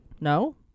no